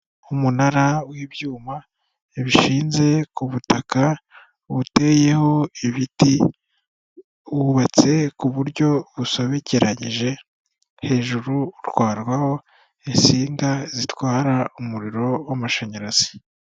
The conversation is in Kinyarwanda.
Umunara w'ibyuma bishinze ku butaka buteyeho ibiti, wubatse ku buryo busobekeranyije, hejuru utwarwaho insinga zitwara umuriro w'amashanyarazi.